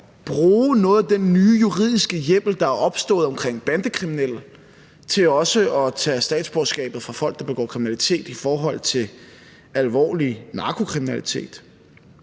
bruge noget af den nye juridiske hjemmel, der er kommet, over for bandekriminelle, til også at tage statsborgerskabet fra folk, der begår kriminalitet, hvis der er tale om alvorlig narkokriminalitet.